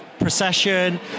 procession